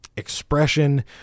Expression